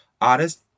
artist